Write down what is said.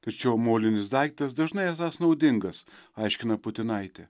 tačiau molinis daiktas dažnai esąs naudingas aiškina putinaitė